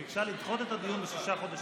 ביקשה לדחות את הדיון בשישה חודשים.